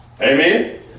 Amen